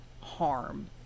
harm